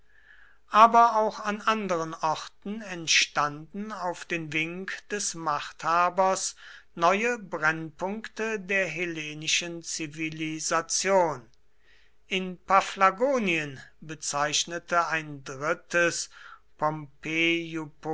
aber auch an anderen orten entstanden auf den wink des machthabers neue brennpunkte der hellenischen zivilisation in paphlagonien bezeichnete ein drittes